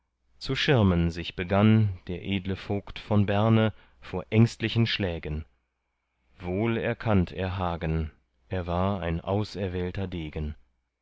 zu schirmen sich begann der edle vogt von berne vor ängstlichen schlägen wohl erkannt er hagen er war ein auserwählter degen